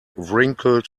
wrinkled